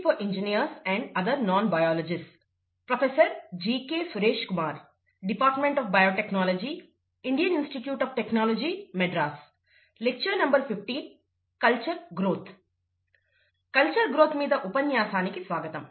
culture growth culture growth మీద ఉపన్యాసానికి స్వాగతం